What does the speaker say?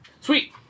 Sweet